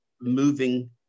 moving